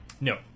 No